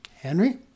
Henry